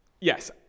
Yes